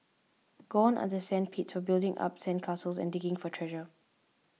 gone are the sand pits of building up sand castles and digging for treasure